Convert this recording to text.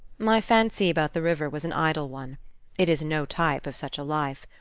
my fancy about the river was an idle one it is no type of such a life.